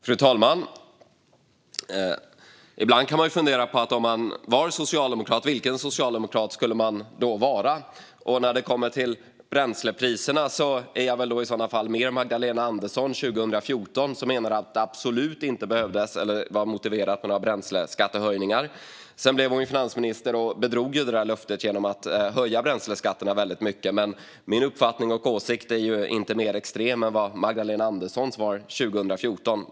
Fru talman! Ibland kan man fundera på vilken socialdemokrat man skulle vara om man var socialdemokrat. När det kommer till bränslepriserna är jag väl i sådana fall Magdalena Andersson 2014, som menade att det absolut inte var motiverat med några bränsleskattehöjningar. Sedan blev hon finansminister och bedrog det löftet genom att höja bränsleskatterna väldigt mycket. Men min uppfattning och åsikt är inte mer extrem än vad Magdalena Anderssons var 2014.